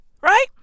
Right